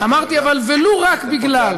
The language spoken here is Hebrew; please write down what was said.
אמרתי אבל: ולו רק בגלל,